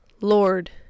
Lord